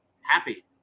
happy